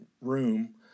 room